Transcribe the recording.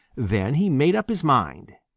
then he made up his mind.